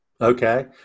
Okay